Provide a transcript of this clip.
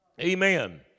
Amen